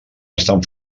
estan